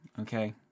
okay